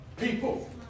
people